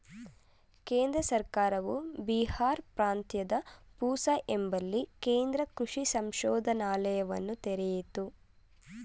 ಕೇಂದ್ರ ಸರ್ಕಾರವು ಬಿಹಾರ್ ಪ್ರಾಂತ್ಯದ ಪೂಸಾ ಎಂಬಲ್ಲಿ ಕೇಂದ್ರ ಕೃಷಿ ಸಂಶೋಧನಾಲಯವನ್ನ ತೆರಿತು